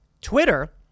Twitter